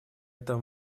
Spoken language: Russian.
этом